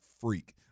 freak